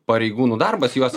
pareigūnų darbas juos